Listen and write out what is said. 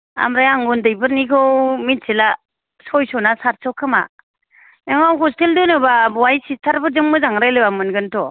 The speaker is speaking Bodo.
आंफ्राय आं उनदै फोरनिखौ मोनथिला सयस' ना साथस'खोमा हसथेल दोनोबा बेहाय सिस्थार फोरजों मोजां रायलायबा मोनगोन थ'